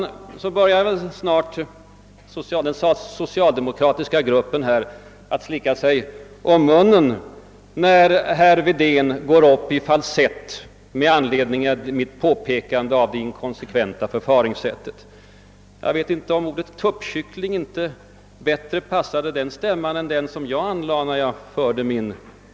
Snart börjar väl den socialdemokratiska gruppen slicka sig om munnen när herr Wedén går upp i falsett med anledning av mitt påpekande av det inkonsekventa förfaringssättet. Jag undrar om inte ordet »tuppkyckling» bättre skulle passa den stämman än den som jag använde i mitt debattinlägg.